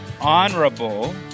honorable